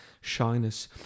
shyness